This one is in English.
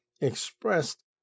expressed